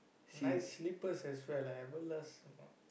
nice slippers as well ah Everlast some more